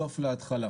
להתחלה,